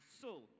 soul